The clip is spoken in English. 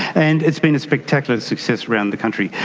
and it's been a spectacular success around the country.